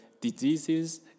diseases